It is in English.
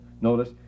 Notice